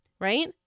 right